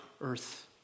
earth